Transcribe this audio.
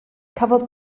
cafodd